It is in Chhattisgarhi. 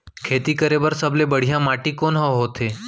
खेती करे बर सबले बढ़िया माटी कोन हा होथे?